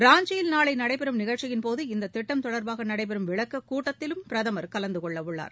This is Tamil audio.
ராஞ்சியில் நாளை நடைபெறும் நிகழ்ச்சியின்போது இந்தத்திட்டம் தொடர்பாக நடைபெறும் விளக்கக் கூட்டத்திலும் பிரதமர் கலந்து கொள்ளவுள்ளார்